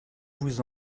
vous